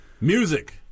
music